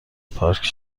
پارک